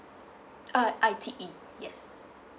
uh I_T_E yes